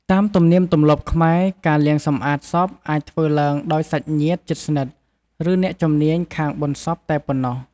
តាមទំនៀមទម្លាប់ខ្មែរ ការលាងសម្អាតសពអាចធ្វើឡើងដោយសាច់ញាតិជិតស្និទ្ធ ឬអ្នកជំនាញខាងបុណ្យសពតែប៉ុណោះ។